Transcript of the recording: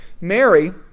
Mary